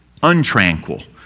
untranquil